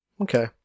Okay